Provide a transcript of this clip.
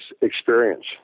experience